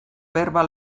berba